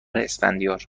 اسفندیار